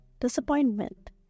disappointment